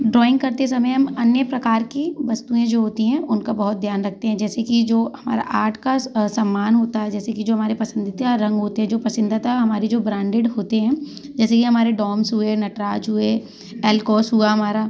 drawing करते समय हम अन्य प्रकार की वस्तुएँ जो होती हैं उनका बहुत ध्यान रखते हैं जैसे कि जो हमारा आर्ट का समान होता है जैसे कि जो हमारे पसंदीदा रंग होते हैं जो पसंदीदा हमारी जो ब्रांडेड होते हैं जैसे कि हमारे डोम्स हुए नटराज हुए एल्कोस हुआ हमारा